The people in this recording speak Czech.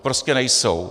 Prostě nejsou!